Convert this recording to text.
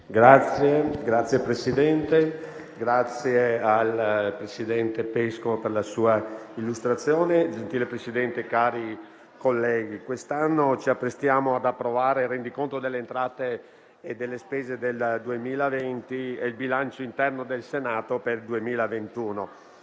Signor Presidente, ringrazio il presidente Pesco per la sua illustrazione. Cari colleghi, quest'anno ci apprestiamo ad approvare il rendiconto delle entrate e delle spese del 2020 e il bilancio interno del Senato per il 2021.